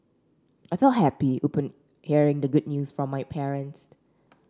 I felt happy upon hearing the good news from my parents